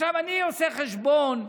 עכשיו אני עושה חשבון,